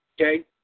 Okay